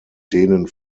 denen